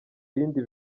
bindi